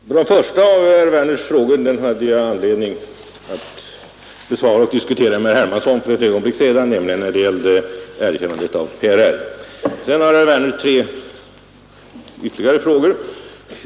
Herr talman! Den första av herr Werners frågor hade jag anledning att besvara och diskutera med herr Hermansson i Stockholm för ett ögonblick sedan, nämligen när det gällde erkännandet av PRR. Sedan har herr Werner tre ytterligare frågor.